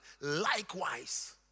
likewise